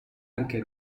anche